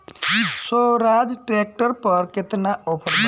Swaraj tractor पर केतना offer बा?